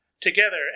together